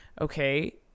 okay